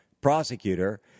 prosecutor